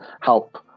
help